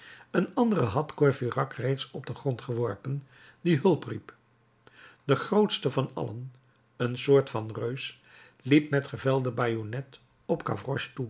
een andere had courfeyrac reeds op den grond geworpen die hulp riep de grootste van allen een soort van reus liep met gevelde bajonnet op